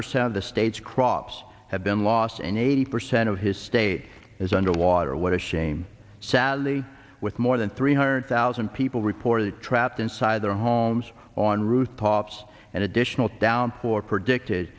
percent of the state's crops have been lost and eighty percent of his state is underwater what a shame sadly with more than three hundred thousand people reported trapped inside their homes on rooftops and additional downpour predicted